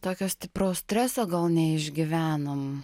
tokio stipraus streso gal neišgyvenom